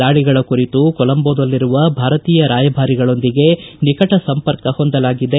ದಾಳಿಗಳ ಕುರಿತು ಕೋಲಂಬೋದಲ್ಲಿರುವ ಭಾರತೀಯ ರಾಯಭಾರಿಗಳೊಂದಿಗೆ ನಿಕಟ ಸಂಪರ್ಕ ಹೊಂದಲಾಗಿದೆ